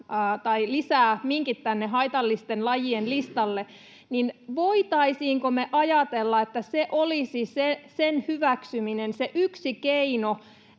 joka lisää minkit tänne haitallisten lajien listalle, niin voitaisiinko me ajatella, että sen hyväksyminen olisi yksi keino